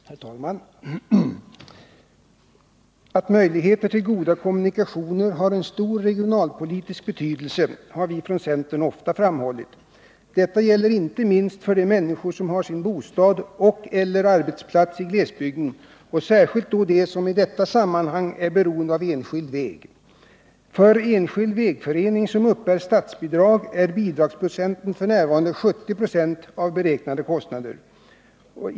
Herr talman! Att möjligheter till goda kommunikationer har en stor regionalpolitisk betydelse har vi från centern ofta framhållit. Detta gäller inte minst för de människor som har sin bostad och/eller arbetsplats i glesbygden och särskilt då dem som i detta sammanhang är beroende av enskild väg. För enskild vägförening som uppbär statsbidrag är bidragsprocenten f. n. 70 96 av beräknade kostnader.